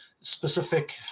specific